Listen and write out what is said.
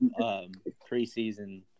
preseason